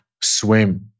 swim